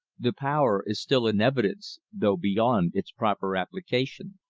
the power is still in evidence, though beyond its proper application.